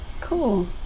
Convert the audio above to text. cool